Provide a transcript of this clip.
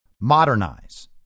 modernize